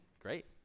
great